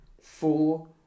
four